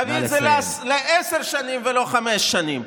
נביא את זה לעשר שנים ולא חמש שנים,